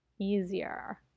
easier